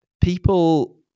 People